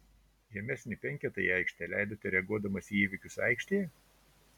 žemesnį penketą į aikštę leidote reaguodamas į įvykius aikštėje